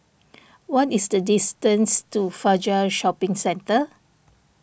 what is the distance to Fajar Shopping Centre